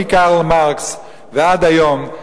מקרל מרקס ועד היום: